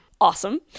Awesome